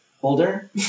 holder